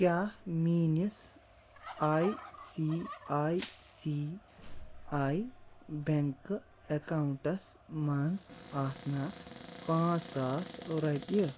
کیٛاہ میٲنِس I C I C I bank accounts منٛز آسنا پانٛژھ ساس رۄپیہِ